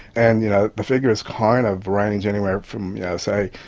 and you know the figures kind of range anywhere from, yeah say,